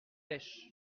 pêche